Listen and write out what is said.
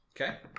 Okay